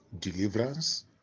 deliverance